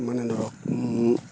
মানে ধৰক